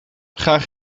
gaan